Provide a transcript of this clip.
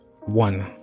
One